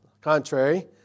contrary